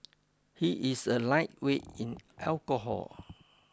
he is a lightweight in alcohol